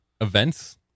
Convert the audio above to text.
events